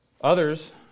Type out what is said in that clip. Others